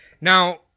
Now